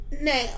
Now